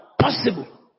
Possible